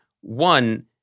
One